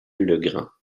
legrand